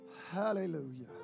Hallelujah